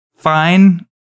fine